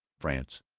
france,